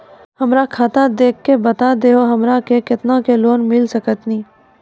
हमरा खाता देख के बता देहु हमरा के केतना के लोन मिल सकनी?